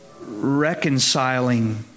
reconciling